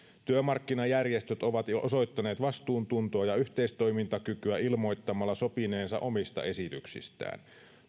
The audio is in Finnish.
työmarkkinajärjestöt ovat jo osoittaneet vastuuntuntoa ja yhteistoimintakykyä ilmoittamalla sopineensa omista esityksistään